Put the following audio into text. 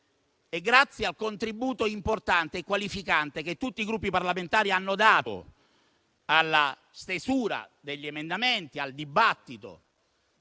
grazie al contributo importante e qualificante che tutti i Gruppi parlamentari hanno dato alla stesura degli emendamenti e al dibattito.